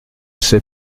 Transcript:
sais